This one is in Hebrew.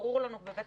ברור לנו בבית